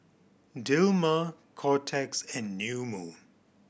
Dilmah Kotex and New Moon